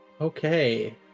Okay